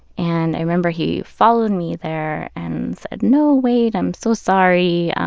and i remember he followed me there and said no wait, i'm so sorry,